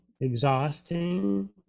exhausting